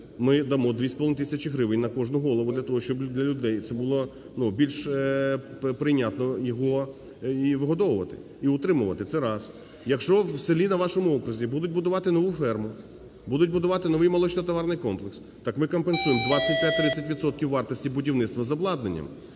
ми дамо 2,5 тисячі гривень на кожну голову для того, щоб для людей це було, ну, більш прийнятно його вигодовувати і утримувати. Це раз. Якщо в селі на вашому окрузі будуть будувати нову ферму, будуть будувати новий молочнотоварний комплекс, так ми компенсуємо 25-30 відсотків вартості будівництва з обладнанням.